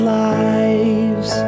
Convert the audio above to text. lives